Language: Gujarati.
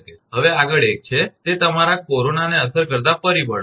હવે આગળ એક છે તે તમારા કોરોનાને અસર કરતા પરિબળો છે